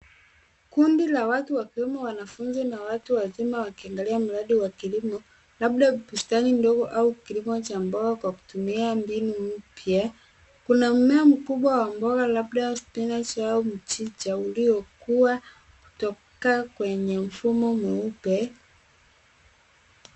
Kundi la watu wakiwemo wanafunzi na watu wazima wakiangalia mradi wa kilimo, labda bustani ndogo au kilimo cha mboga kwa kutumia mbinu mpya. Kuna mmea mkubwa wa mboga, labda spinach au mchicha uliokuwa toka kwenye mfumo mweupe.